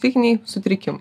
psichiniai sutrikimai